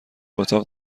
اتاق